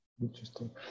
Interesting